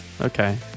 Okay